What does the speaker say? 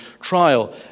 trial